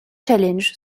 challenge